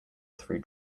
through